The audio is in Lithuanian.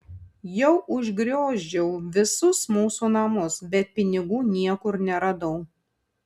jau išgriozdžiau visus mūsų namus bet pinigų niekur neradau